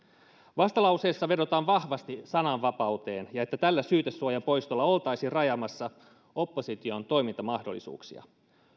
vastalauseessa vedotaan vahvasti sananvapauteen ja siihen että tällä syytesuojan poistolla oltaisiin rajaamassa opposition toimintamahdollisuuksia